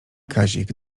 kazik